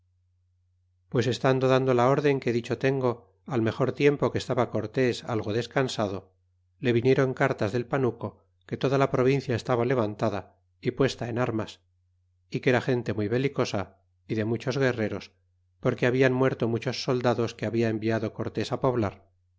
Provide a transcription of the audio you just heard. pues estando dando la orden que dicho tengo al mejor tiempo que estaba cortés algo descansando le vinieron cartas del panuco que toda la provincia estaba levantada é puesta en armas y que era gente muy belicosa y de muchos guerreros porque hablan muerto muchos soldados que labia enviado cortes á poblar